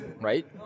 right